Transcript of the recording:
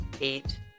eight